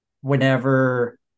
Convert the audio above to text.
whenever